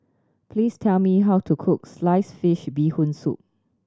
please tell me how to cook sliced fish Bee Hoon Soup